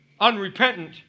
Unrepentant